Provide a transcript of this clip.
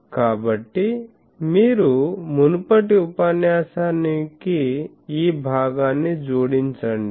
కాబట్టి మీరు మునుపటి ఉపన్యాసానికి ఈ భాగాన్ని జోడించండి